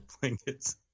Blankets